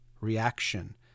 reaction